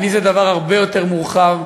עני זה דבר הרבה יותר מורחב,